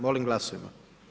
Molimo glasujmo.